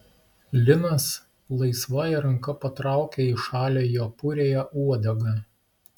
linas laisvąja ranka patraukia į šalį jo puriąją uodegą